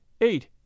Eight